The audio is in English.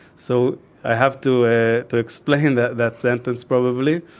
so i have to ah to explain that that sentence probably.